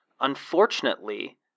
Unfortunately